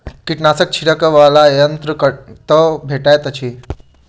कीटनाशक छिड़कअ वला यन्त्र कतौ भेटैत अछि?